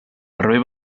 barber